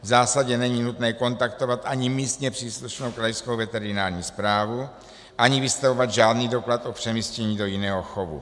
V zásadě není nutné kontaktovat ani místně příslušnou krajskou veterinární správu, ani vystavovat žádný doklad o přemístění do jiného chovu.